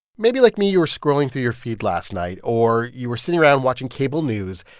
maybe, like me, you were scrolling through your feed last night or you were sitting around watching cable news,